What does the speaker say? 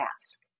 ask